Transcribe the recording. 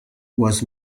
was